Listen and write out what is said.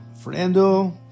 fernando